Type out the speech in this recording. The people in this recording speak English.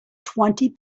twenty